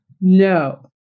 No